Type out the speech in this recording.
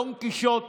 דון קישוט